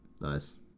nice